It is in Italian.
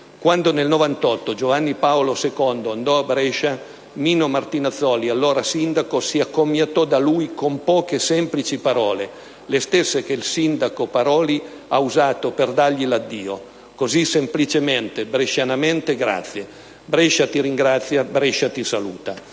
Quando, nel 1998, Giovanni Paolo II andò a Brescia, Mino Martinazzoli, allora sindaco, si accomiatò da lui con poche semplici parole, le stesse che il sindaco Paroli ha usato per dargli l'addio: «Così semplicemente, brescianamente, grazie. Brescia ti ringrazia, Brescia ti saluta».